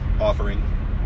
offering